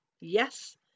Yes